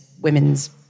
women's